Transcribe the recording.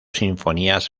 sinfonías